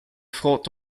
thought